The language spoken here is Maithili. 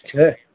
छै